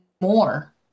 more